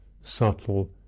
subtle